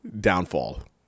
downfall